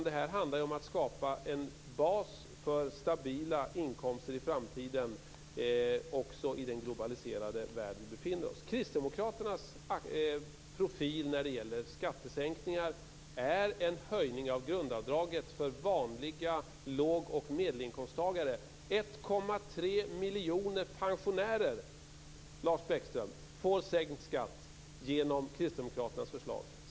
Det här handlar om att skapa en bas för stabila inkomster i framtiden också i den globaliserade värld vi befinner oss i. Kristdemokraternas profil när det gäller skattesänkningar är en höjning av grundavdraget för vanliga låg och medelinkomsttagare. 1,3 miljoner pensionärer, Lars Bäckström, får sänkt skatt genom Kristdemokraternas förslag.